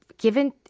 given